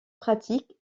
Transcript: pratique